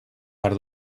per